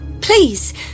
please